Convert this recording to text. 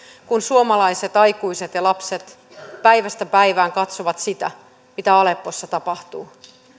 kun suomalaiset aikuiset ja lapset päivästä päivään katsovat sitä mitä aleppossa tapahtuu